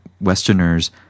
Westerners